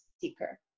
seeker